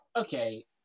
okay